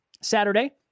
Saturday